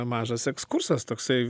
mažas ekskursas toksai